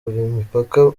imipaka